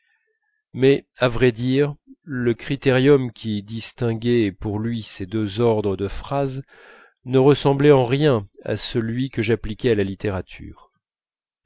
mais à vrai dire le critérium qui distinguait pour lui ces deux ordres de phrases ne ressemblait en rien à celui que j'appliquais à la littérature